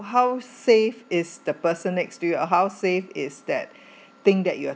how safe is the person next to you or how safe is that thing that you